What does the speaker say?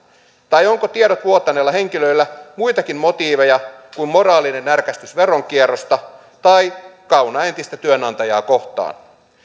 tai onko tiedot vuotaneella henkilöllä muitakin motiiveja kuin moraalinen närkästys veronkierrosta tai kauna entistä työnantajaa kohtaan